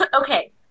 Okay